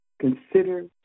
Consider